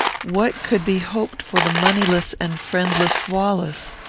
what could be hoped for the moneyless and friendless wallace?